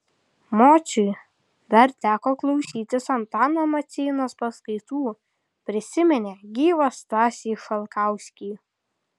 mociui dar teko klausytis antano maceinos paskaitų prisiminė gyvą stasį šalkauskį